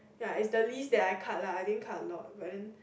ya is the least that I cut lah I didn't cut a lot but then